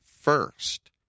first